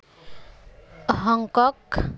Hong Kong